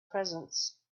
presence